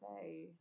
say